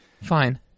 Fine